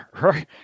Right